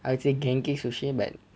I would say genki sushi but